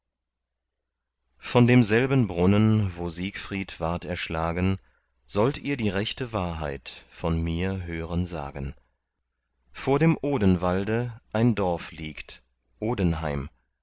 von demselben brunnen wo siegfried ward erschlagen sollt ihr die rechte wahrheit von mir hören sagen vor dem odenwalde ein dorf liegt odenheim